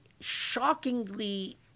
shockingly